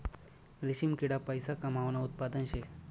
रेशीम किडा पैसा कमावानं उत्पादन शे